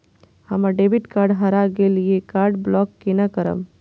हमर debit card हरा गेल ये कार्ड ब्लॉक केना करब?